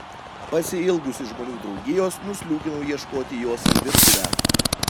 pasiilgusi žmonių draugijos nusliūkinau ieškoti jos į virtuvę